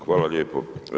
Hvala lijepo.